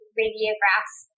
radiographs